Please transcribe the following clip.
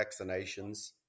vaccinations